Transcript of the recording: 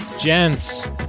Gents